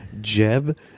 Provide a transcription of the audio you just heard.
jeb